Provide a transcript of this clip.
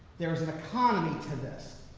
there is an economy to this.